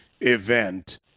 event